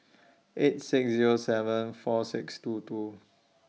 eight six Zero seven four six two two